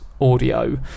audio